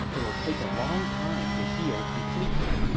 it will take a long time to heal completely.